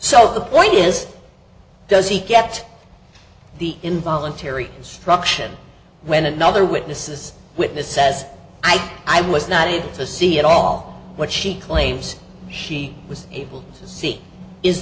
so the point is does he get the involuntary destruction when another witness says witness says i think i was not able to see at all what she claims she was able to see is